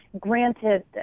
granted